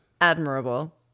admirable